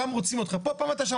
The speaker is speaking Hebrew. פעם רוצים אותך פה, פעם אתה שם.